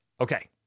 Okay